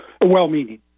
well-meaning